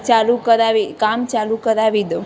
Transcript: ચાલું કરાવી કામ ચાલું કરાવી દઉં